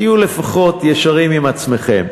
תהיו לפחות ישרים עם עצמכם.